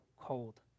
cold